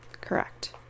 Correct